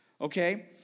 Okay